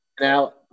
now